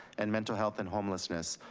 and mental health and homelessness,